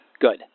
Good